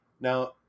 Now